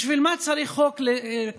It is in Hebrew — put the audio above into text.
בשביל מה צריך חוק כזה,